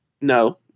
no